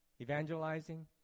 Evangelizing